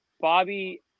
Bobby